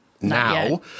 now